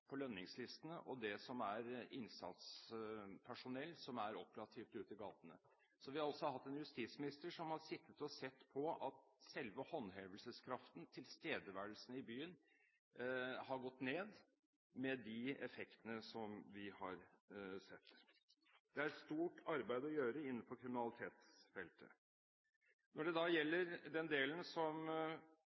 gatene. Så vi har også hatt en justisminister som har sittet og sett på at selve håndhevelseskraften og tilstedeværelsen i byen har gått ned, med de effektene som vi har sett. Det er et stort arbeid å gjøre innenfor kriminalitetsfeltet. Når det gjelder den delen som